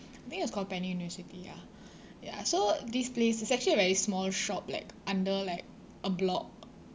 I think it was called penny university ya ya so this place is actually a very small shop like under like a block